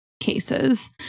cases